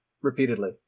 repeatedly